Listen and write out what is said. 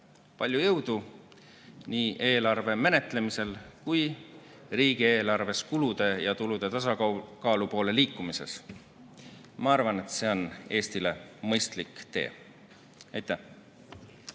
palju jõudu nii eelarve menetlemisel kui ka riigieelarves kulude ja tulude tasakaalu poole liikumises. Ma arvan, et see on Eestile mõistlik tee. Aitäh!